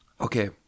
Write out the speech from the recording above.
Okay